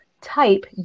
type